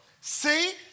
see